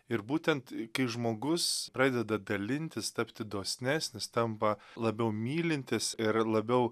ir būtent kai žmogus pradeda dalintis tapti dosnesnis tampa labiau mylintis ir labiau